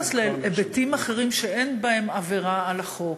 בהיבטים אחרים, שאין בהם עבירה על החוק,